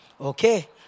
Okay